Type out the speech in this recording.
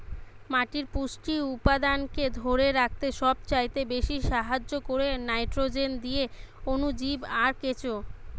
মাটির পুষ্টি উপাদানকে ধোরে রাখতে সবচাইতে বেশী সাহায্য কোরে নাইট্রোজেন দিয়ে অণুজীব আর কেঁচো